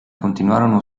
continuarono